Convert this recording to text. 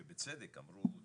שבצדק אמרו,